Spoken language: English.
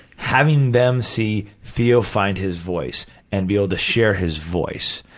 having them see theo find his voice and be able to share his voice,